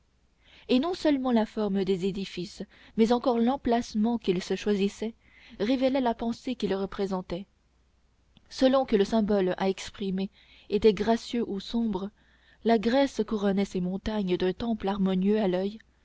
et non seulement la forme des édifices mais encore l'emplacement qu'ils se choisissaient révélait la pensée qu'ils représentaient selon que le symbole à exprimer était gracieux ou sombre la grèce couronnait ses montagnes d'un temple harmonieux à l'oeil